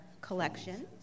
collection